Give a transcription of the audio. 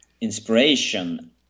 inspiration